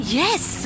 yes